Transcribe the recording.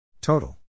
Total